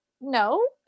no